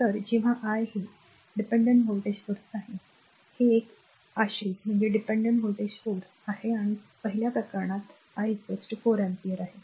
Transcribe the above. तर जेव्हा I हे r dependent voltage source आहे हे एक आश्रित व्होल्टेज स्त्रोत आहे आणि पहिले प्रकरण I 4 अँपिअर आहे